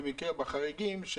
תודה.